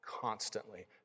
constantly